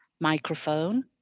microphone